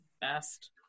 best